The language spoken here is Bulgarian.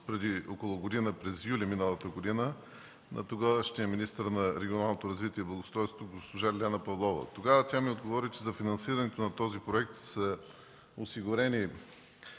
преди около година, през юли миналата година, на тогавашният министър на регионалното развитие и благоустройството госпожа Лиляна Павлова. Тогава тя ми отговори, че за финансирането на този проект са осигурени